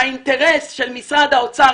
שהאינטרס של משרד האוצר,